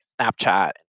Snapchat